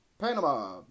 Panama